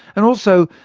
and also,